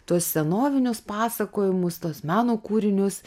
tuos senovinius pasakojimus tuos meno kūrinius